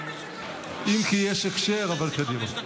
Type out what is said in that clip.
אם כי יש הקשר, אבל קדימה.